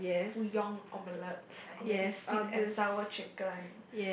Fu-Yong omelette or maybe sweet and sour chicken